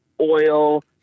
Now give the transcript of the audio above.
oil